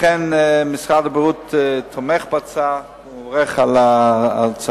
לכן משרד הבריאות תומך בהצעה ומברך עליה.